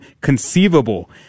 conceivable